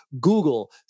Google